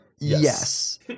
Yes